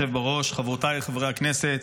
חברותיי חברי הכנסת,